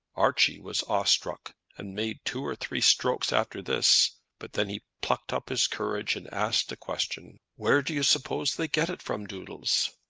archie was awe-struck, and made two or three strokes after this but then he plucked up his courage and asked a question where do you suppose they get it from, doodles?